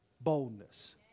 boldness